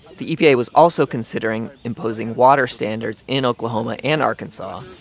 the epa was also considering imposing water standards in oklahoma and arkansas.